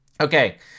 Okay